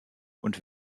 und